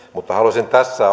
mutta haluaisin tässä